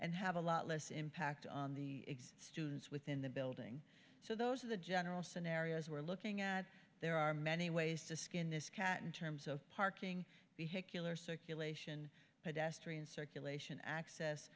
and have a lot less impact on the students within the building so those are the general scenarios we're looking at there are many ways to skin this cat in terms of parking behave killer circulation pedestrian circulation access